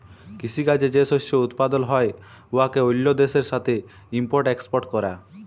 কিসি কাজে যে শস্য উৎপাদল হ্যয় উয়াকে অল্য দ্যাশের সাথে ইম্পর্ট এক্সপর্ট ক্যরা